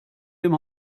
dem